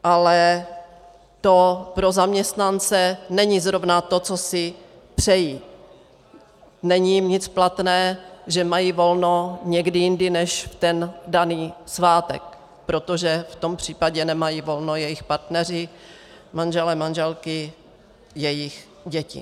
Ale to pro zaměstnance není zrovna to, co si přejí, není jim nic platné, že mají volno někdy jindy než v ten daný svátek, protože v tom případě nemají volno jejich partneři, manželé, manželky, jejich děti.